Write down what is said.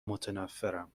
متنفرم